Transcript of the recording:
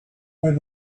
like